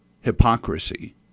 hypocrisy